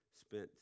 spent